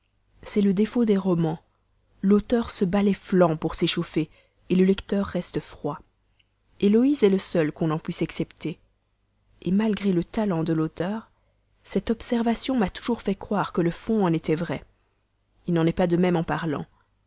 c'est le défaut des romans l'auteur se bat les flancs pour s'échauffer le lecteur reste froid héloïse est le seul qu'on en puisse excepter malgré le talent de l'auteur cette observation m'a toujours fait croire que le fonds en était vrai il n'en est pas de même en parlant